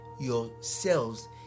yourselves